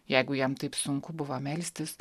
jeigu jam taip sunku buvo melstis